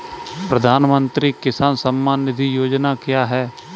प्रधानमंत्री किसान सम्मान निधि योजना क्या है?